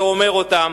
שאומר אותם,